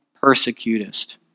persecutest